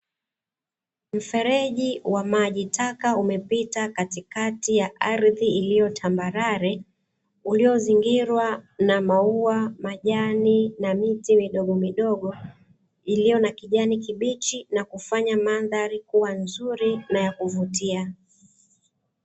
Mfereji wa maji taka umepita katikati ya ardhi iliyo tambarare, uliozingira na maua, majani na miti midogomidogo, iliyo na kijani kibichi na kufanya mandhari kuwa nzuri na ya kuvutia.